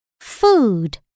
Food